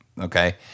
okay